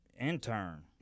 intern